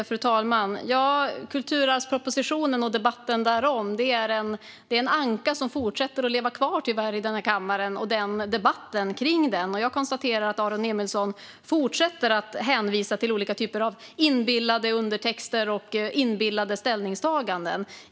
Fru talman! Kulturarvspropositionen och debatten därom är en anka som tyvärr fortsätter att leva kvar i denna kammare. Aron Emilsson fortsätter att hänvisa till olika typer av inbillade undertexter och ställningstaganden.